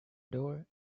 door